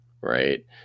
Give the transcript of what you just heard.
Right